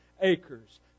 acres